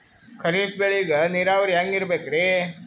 ಖರೀಫ್ ಬೇಳಿಗ ನೀರಾವರಿ ಹ್ಯಾಂಗ್ ಇರ್ಬೇಕರಿ?